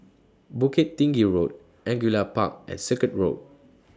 Bukit Tinggi Road Angullia Park and Circuit Road